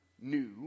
new